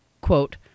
quote